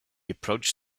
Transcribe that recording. approached